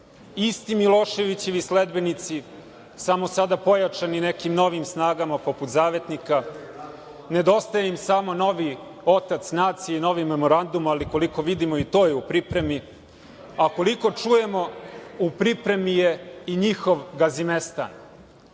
isti Miloševićevi sledbenici samo sada pojačani nekim novim snagama, poput „Zavetnika“. Nedostaje im samo novi otac nacije i novi memorandum, ali koliko vidimo to je u pripremi, a koliko čujemo u pripremi je i njihov Gazimestan. Zakazali